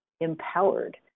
Empowered